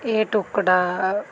ਇਹ ਟੁਕੜਾ